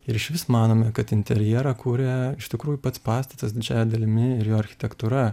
ir išvis manome kad interjerą kuria iš tikrųjų pats pastatas didžiąja dalimi ir jo architektūra